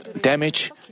damage